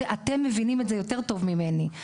ואתם מבינים את זה יותר טוב ממני.